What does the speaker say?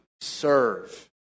serve